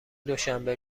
دوشنبه